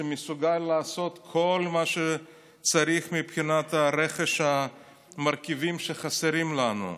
שמסוגל לעשות כל מה שצריך מבחינת הרכש של המרכיבים שחסרים לנו.